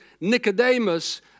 Nicodemus